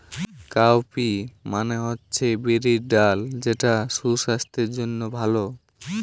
cowpea মানে হচ্ছে বিরির ডাল যেটা সুসাস্থের জন্যে ভালো